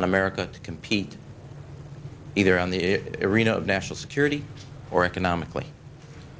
on america to compete either on the national security or economically